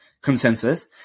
consensus